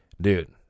dude